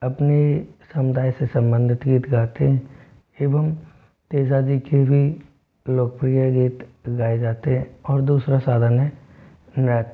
अपनी समुदाय से सम्बंधित गीत गाते एवं तेजा जी के भी लोकप्रिय गीत गाए जाते और दूसरा साधन है नृत्य